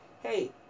Hey